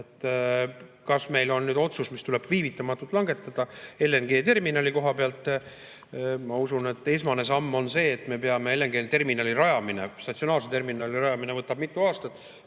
Kas meil on otsus, mis tuleb viivitamatult langetada, LNG‑terminali koha pealt? Ma usun, et esmane samm on see, et kuna LNG‑terminali rajamine, statsionaarse terminali rajamine võtab mitu aastat,